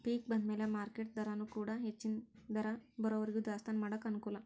ಪಿಕ್ ಬಂದಮ್ಯಾಲ ಮಾರ್ಕೆಟ್ ದರಾನೊಡಕೊಂಡ ಹೆಚ್ಚನ ದರ ಬರುವರಿಗೂ ದಾಸ್ತಾನಾ ಮಾಡಾಕ ಅನಕೂಲ